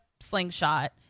slingshot